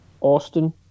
Austin